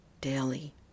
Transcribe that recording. daily